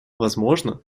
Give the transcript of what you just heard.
возможно